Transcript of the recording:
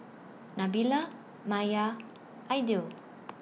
Nabila Maya Aidil